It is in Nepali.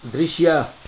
दृश्य